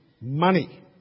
money